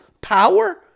power